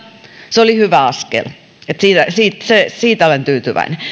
se oli hyvä askel siitä siitä olen tyytyväinen